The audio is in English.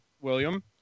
William